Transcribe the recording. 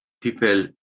people